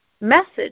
message